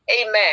Amen